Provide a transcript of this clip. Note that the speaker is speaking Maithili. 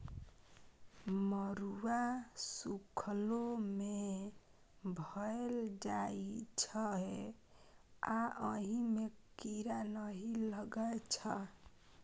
मरुआ सुखलो मे भए जाइ छै आ अहि मे कीरा नहि लगै छै